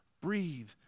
breathe